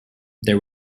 there